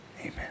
Amen